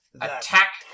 Attack